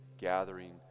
gathering